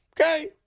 Okay